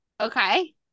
okay